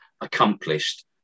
accomplished